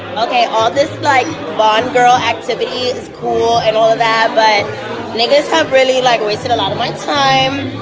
okay, all ah this like bond girl activity is cool and all that but n ggas have really like wasted a lot of my time.